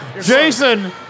Jason